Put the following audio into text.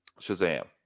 Shazam